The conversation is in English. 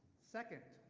second,